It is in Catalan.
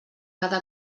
cada